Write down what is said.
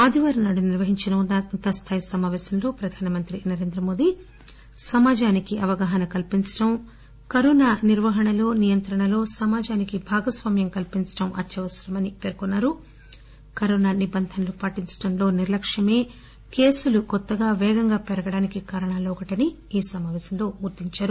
ఆదివారం నాడు నిర్వహించిన ఉన్నతస్థాయ సమాపేశంలో ప్రధానమంత్రి నరేంద్రమోదీ సమాజానికి అవగాహన కల్పించడం కరోనా నిర్వహణలో సమాజానికి భాగస్వామ్యం కల్పించడం అత్యవసరమని పేర్కొన్నారు కరోనా నిబంధనలు పాటించడంలో నిర్లక్కుమే కేసులు కొత్తగా వేగంగా పెరగడానికి కారణాల్లో ఒకటి అని ఈ సమాపేశంలో గుర్తిందారు